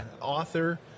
Author